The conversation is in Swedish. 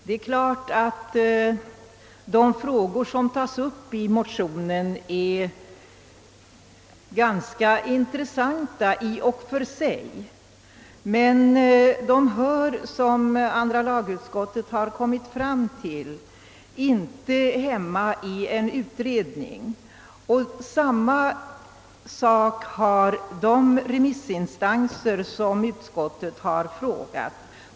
Herr talman! De frågor som tas upp i motionen är ganska intressanta i och för sig men de hör kanske — som andra lagutskottet har kommit fram till — inte hemma i en utredning. Samma sak har de remissinstanser ansett som utskottet har frågat.